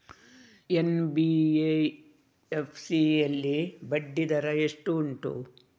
NBFC ಯಲ್ಲಿ ಬಡ್ಡಿ ದರ ಎಷ್ಟು ಉಂಟು?